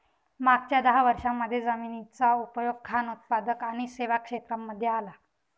मागच्या दहा वर्षांमध्ये जमिनीचा उपयोग खान उत्पादक आणि सेवा क्षेत्रांमध्ये आला